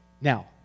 Now